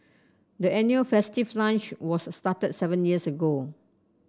the annual festive lunch was started seven years ago